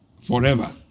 forever